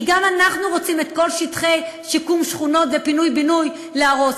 כי גם אנחנו רוצים את כל שטחי שיקום שכונות ופינוי-בינוי להרוס.